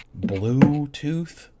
Bluetooth